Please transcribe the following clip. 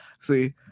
see